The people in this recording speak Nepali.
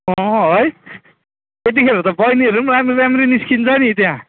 है त्यत्तिखेर त बैनीहरू पनि राम्री राम्री निस्किन्छ नि त्यहाँ